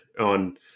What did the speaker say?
on